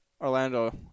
Orlando